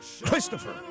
Christopher